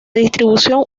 distribución